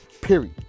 period